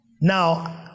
Now